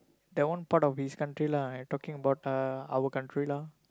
that one part of his country lah I talking about uh our country lor